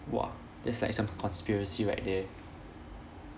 !wah! that's like some conspiracy right there